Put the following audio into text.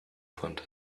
fand